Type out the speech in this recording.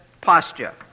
posture